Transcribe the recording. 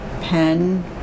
pen